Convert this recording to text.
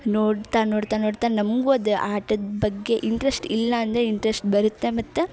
ನೋಡ್ತಾ ನೋಡ್ತಾ ನೋಡ್ತಾ ನಮಗೂ ಅದು ಆಟದ ಬಗ್ಗೆ ಇಂಟ್ರಸ್ಟ್ ಇಲ್ಲಾಂದರೆ ಇಂಟ್ರಸ್ಟ್ ಬರುತ್ತೆ ಮತ್ತು